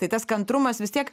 tai tas kantrumas vis tiek